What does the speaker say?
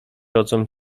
rodzą